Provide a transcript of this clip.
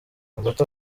hagati